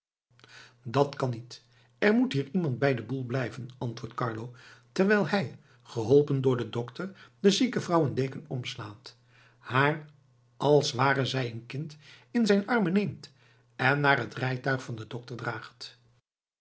dat kan niet er moet hier iemand bij den boel blijven antwoordt carlo terwijl hij geholpen door den dokter de zieke vrouw een deken omslaat haar als ware zij een kind in zijn armen neemt en naar het rijtuig van den dokter draagt